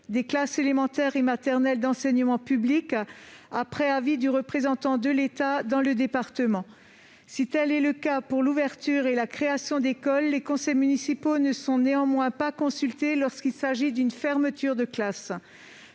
des classes élémentaires et maternelles d'enseignement public, après avis du représentant de l'État dans le département. Si tel est le cas pour l'ouverture et la création d'écoles, les conseils municipaux ne sont néanmoins pas consultés lorsqu'il s'agit d'une fermeture de classe.